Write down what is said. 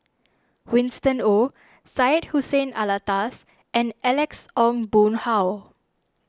Winston Oh Syed Hussein Alatas and Alex Ong Boon Hau